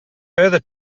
further